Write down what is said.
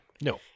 No